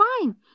fine